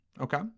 Okay